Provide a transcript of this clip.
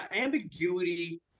ambiguity –